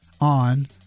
on